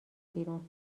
بیرون